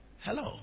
Hello